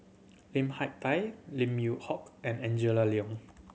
Lim Hak Tai Lim Yew Hock and Angela Liong